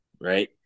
right